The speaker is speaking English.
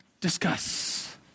Discuss